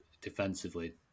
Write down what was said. defensively